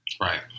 Right